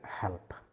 help